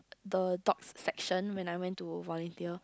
the dog section when I went to volunteer